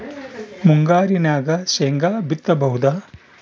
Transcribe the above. ಮುಂಗಾರಿನಾಗ ಶೇಂಗಾ ಬಿತ್ತಬಹುದಾ?